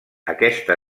aquesta